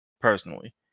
personally